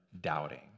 doubting